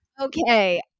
Okay